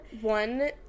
one